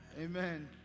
Amen